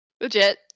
legit